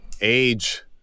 age